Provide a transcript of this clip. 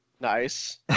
Nice